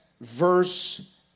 verse